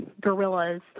gorillas